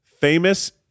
famous